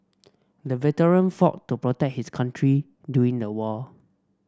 the veteran fought to protect his country during the war